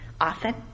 Often